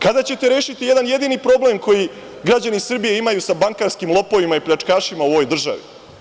Kada ćete rešiti jedan jedini problem koji građani Srbije imaju sa bankarskim lopovima i pljačkašima u ovoj državi?